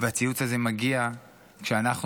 והציוץ הזה מגיע כשכאן,